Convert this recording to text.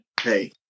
Hey